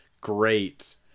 great